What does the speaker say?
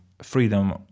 Freedom